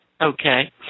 Okay